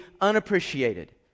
unappreciated